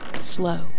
slow